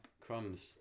crumbs